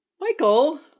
Michael